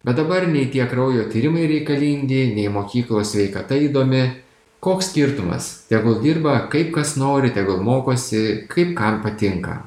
bet dabar nei tie kraujo tyrimai reikalingi nei mokyklos sveikata įdomi koks skirtumas tegul dirba kaip kas nori tegul mokosi kaip kam patinka